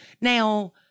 now